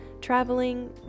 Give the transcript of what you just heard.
traveling